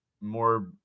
more